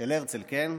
של הרצל, כן,